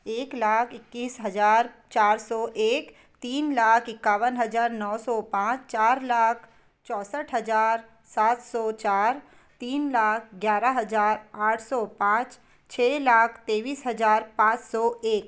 एक लाख इक्कीस हज़ार चार सौ एक तीन लाख इक्यावन हज़ार नौ सौ पाँच चार लाख चौंसठ हज़ार सात सौ चार तीन लाख ग्यारह हज़ार आठ सौ पाँच छः लाख तेईस हज़ार पाँच सौ एक